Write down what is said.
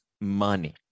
money